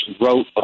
wrote